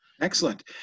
Excellent